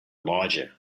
larger